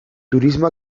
turismo